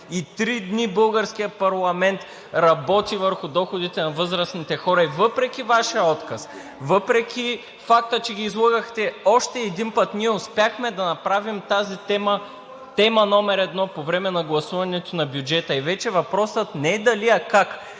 и три дни българският парламент работи върху доходите на възрастните хора. Въпреки Вашия отказ, въпреки факта, че ги излъгахте още един път, ние успяхме да направим тази тема тема № 1 по време на гласуването на бюджета и вече въпросът е не дали, а как?